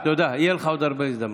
תודה, תודה, יהיו לך עוד הרבה הזדמנויות.